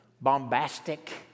bombastic